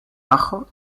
bajo